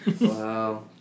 Wow